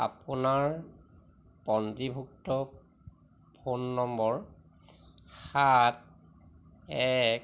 আপোনাৰ পঞ্জীভুক্ত phone number সাত এক